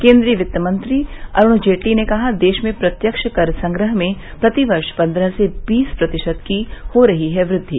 केन्द्रीय वित्तमंत्री अरूण जेटली ने कहा देश में प्रत्यक्ष कर संग्रह में प्रतिवर्ष पन्द्रह से बीस प्रतिशत की हो रही है वृद्धि